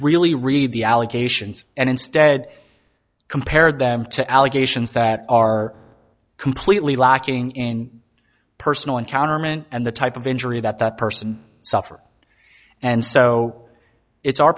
really read the allegations and instead compared them to allegations that are completely lacking in personal encounter and the type of injury that that person suffered and so it's our